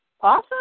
Awesome